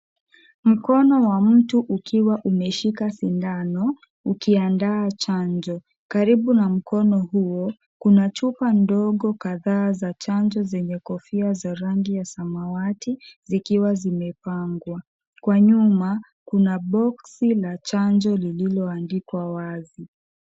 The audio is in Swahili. Mkono wa mtu ukiwa umeshika sindano ukiandaa chanjo. Karibu na mkono huo kuna chupa ndogo kadhaa za chanjo, zenye kofia za rangi ya samawati zikiwa zimepangwa. Kwa nyuma kuna boxi la chanjo lililoandikwa wazi.